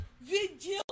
video